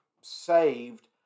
saved